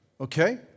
Okay